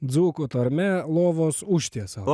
dzūkų tarme lovos užtiesalas